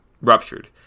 ruptured